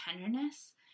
tenderness